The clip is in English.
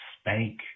spank